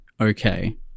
okay